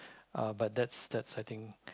uh but that's that's I think